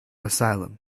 asylum